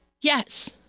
Yes